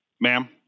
Ma'am